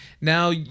Now